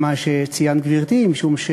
ממה שציינת, גברתי, משום,